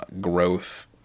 growth